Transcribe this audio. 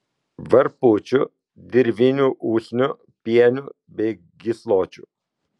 varpučių dirvinių usnių pienių bei gysločių